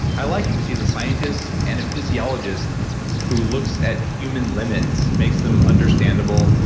i like him because he's a scientist and a physiologist who looks at human limits makes them understandable,